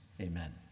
Amen